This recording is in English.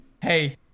hey